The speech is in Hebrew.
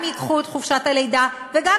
גם ייקחו את חופשת הלידה וגם,